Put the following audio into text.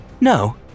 No